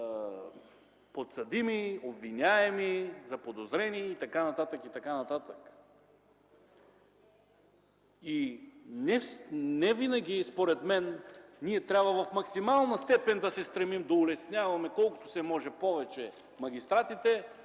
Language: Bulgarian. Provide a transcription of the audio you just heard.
подсъдими, обвиняеми, заподозрени и т.н., и т.н. Невинаги според мен ние трябва в максимална степен да се стремим да улесняваме колкото се може повече магистратите